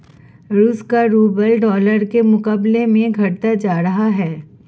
रूस का rouble dollar के मुकाबले घटता जा रहा है